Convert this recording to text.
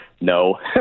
No